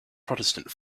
protestant